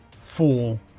Fool